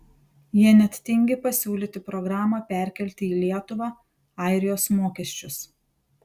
jie net tingi pasiūlyti programą perkelti į lietuvą airijos mokesčius